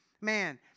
man